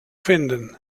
finden